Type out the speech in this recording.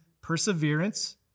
perseverance